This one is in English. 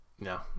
no